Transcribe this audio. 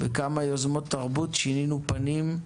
בכמה יוזמות תרבות שינינו את פניה.